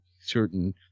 certain